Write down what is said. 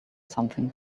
something